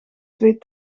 twee